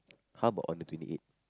how about on the twenty eighth